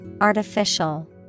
artificial